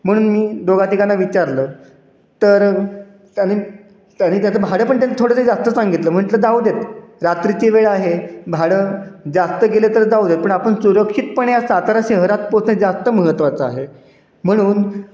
म्हणून मी दोघा तिघांना विचारलं तर त्यानी त्यानी त्याचं भाडं पण त्यांनी थोडंसं जास्त सांगितलं म्हटलं जाऊ देत रात्रीची वेळ आहे भाडं जास्त गेले तर जाऊ देत पण आपण सुरक्षितपणे आज सातारा शहरात पोचणं जास्त महत्त्वाचं आहे म्हणून